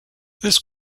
this